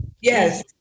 Yes